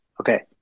okay